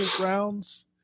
rounds